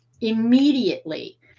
Immediately